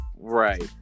Right